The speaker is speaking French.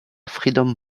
freedom